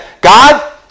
God